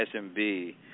SMB